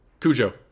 Cujo